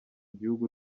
gihugu